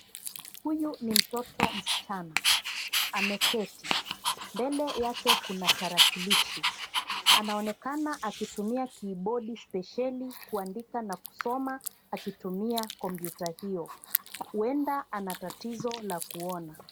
Huyu ni mtoto msichana, ameketi. Mbele yake kuna tarakilishi. Anaonekana akitumia kibodi spesheli kuandika na kusoma akitumia kompyuta hio huenda ana tatizo la kuona.